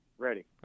ready